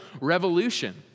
revolution